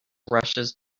rushes